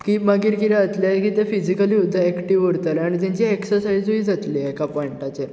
ती मागीर कितें जातले की ते फिजीकल ऍक्टीव उरतलो आनी तेंची ऍक्सरसायजूय जातली एका पोंयटाचेर